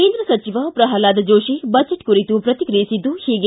ಕೇಂದ್ರ ಸಚಿವ ಪ್ರಹ್ಲಾದ್ ಜೋಶಿ ಬಜೆಟ್ ಕುರಿತು ಪ್ರತಿಕ್ರಿಯಿಸಿದ್ದು ಹೀಗೆ